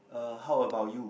uh how about you